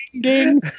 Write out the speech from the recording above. Ding